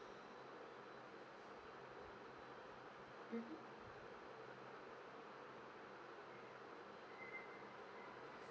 mmhmm